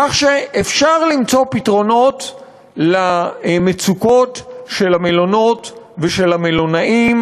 כך שאפשר למצוא פתרונות למצוקות של המלונות ושל המלונאים,